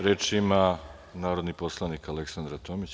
Reč ima narodni poslanik Aleksandra Tomić.